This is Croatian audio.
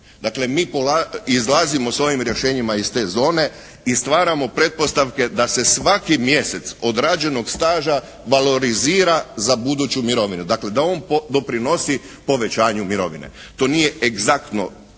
Dakle mi izlazimo s ovim rješenjima iz te zone i stvaramo pretpostavke da se svaki mjesec odrađenog staža valorizira za buduću mirovinu, dakle da on doprinosi povećanju mirovine. To nije egzaktno